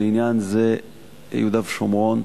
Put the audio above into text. ולעניין זה יהודה ושומרון